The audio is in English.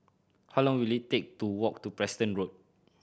how long will it take to walk to Preston Road